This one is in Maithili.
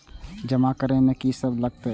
जमा करे में की सब लगे छै?